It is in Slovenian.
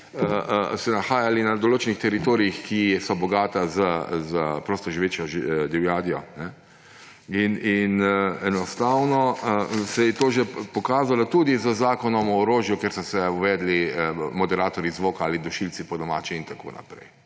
nahajali na določenem teritoriju, ki so bogata s prostoživečo divjadjo. Enostavno se je to tudi že pokazalo z Zakonom o orožju, ker so se uvedli moderatorji zvoka ali dušilci po domače in tako naprej.